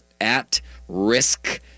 at-risk